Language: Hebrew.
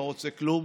אני לא רוצה כלום,